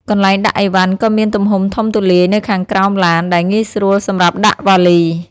កន្លែងដាក់ឥវ៉ាន់ក៏មានទំហំធំទូលាយនៅខាងក្រោមឡានដែលងាយស្រួលសម្រាប់ដាក់វ៉ាលី។